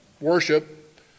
worship